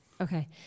Okay